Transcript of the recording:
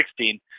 2016